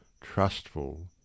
trustful